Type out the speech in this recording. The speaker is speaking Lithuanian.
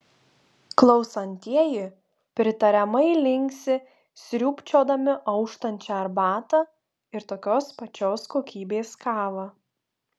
klausantieji pritariamai linksi sriūbčiodami auštančią arbatą ir tokios pačios kokybės kavą